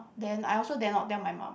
then I also dare not tell my mum